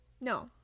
No